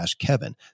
kevin